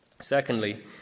Secondly